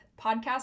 podcast